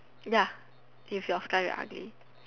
ya if your sky very ugly